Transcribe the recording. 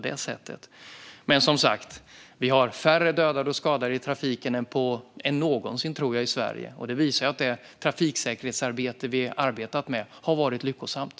Det är dock som sagt färre dödade och skadade i trafiken än, tror jag, någonsin i Sverige. Det visar att det trafiksäkerhetsarbete vi har gjort har varit lyckosamt.